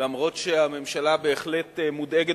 אף-על-פי שהממשלה בהחלט מודאגת,